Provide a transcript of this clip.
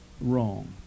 wrong